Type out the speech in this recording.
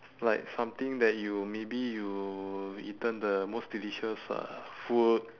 like something that you maybe you eaten the most delicious uh food